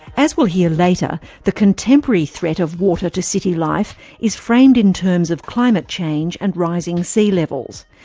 as we'll hear later, the contemporary threat of water to city life is framed in terms of climate change and rising sea levels.